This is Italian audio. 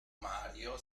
mario